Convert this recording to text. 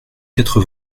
quatre